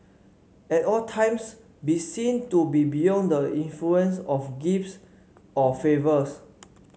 at all times be seen to be beyond the influence of gifts or favours